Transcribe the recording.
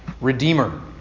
Redeemer